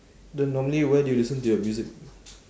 then normally where do you listen to your music